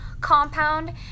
compound